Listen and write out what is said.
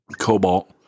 cobalt